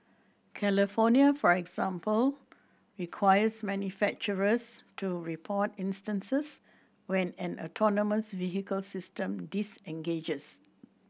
California for example requires manufacturers to report instances when an autonomous vehicle system disengages